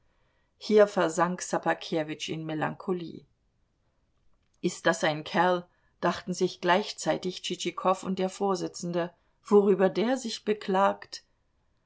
hier versank ssobakewitsch in melancholie ist das ein kerl dachten sich gleichzeitig tschitschikow und der vorsitzende worüber der sich beklagt